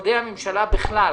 שבמשרדי הממשלה בכלל,